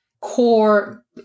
core